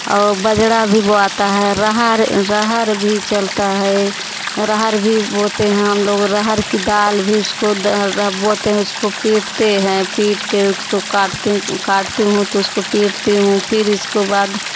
और बाजरा भी बोआता है अरहर अरहर भी चलता है अरहर भी बोते हैं हम लोग अरहर की दाल भी उसको बोते हैं उसको पीटते हैं पीट के उसको काटते काटते हूँ तो उसको पिटती हूँ फिर इसको बाद